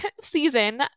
season